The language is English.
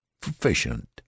proficient